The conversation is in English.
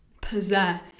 possess